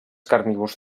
carnívors